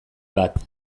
bat